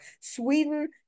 Sweden